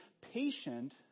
patient